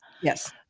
yes